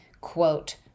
quote